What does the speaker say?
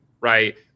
right